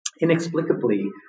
inexplicably